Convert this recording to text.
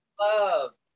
Love